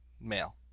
male